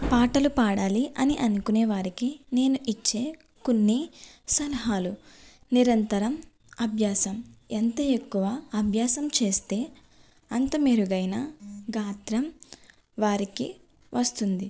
పాటలు పాడాలి అని అనుకునే వారికి నేను ఇచ్చే కొన్ని సలహాలు నిరంతరం అభ్యాసం ఎంత ఎక్కువ అభ్యాసం చేస్తే అంత మెరుగైన గాత్రం వారికి వస్తుంది